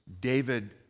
David